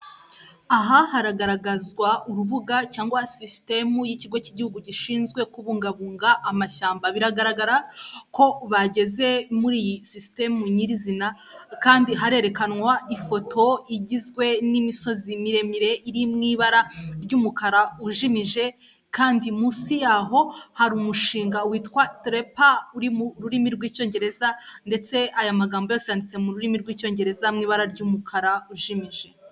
Aha haragaragazwa urubuga cyangwa sisitemu y'Ikigo k'Igihugu gishinzwe kubungabunga amashyamba, biragaragara ko bageze muri iyi sisitemu nyirizina kandi harerekanwa ifoto igizwe n'imisozi miremire, iri mu ibara ry'umukara ujimije kandi munsi yaho hari umushinga witwa TREPA uri mu rurimi rw'Icyongereza ndetse aya magambo yose yanditse mu rurimi rw'Icyongereza mu ibara ry'umukara ujimije.